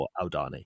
Aldani